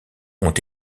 ont